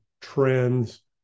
trends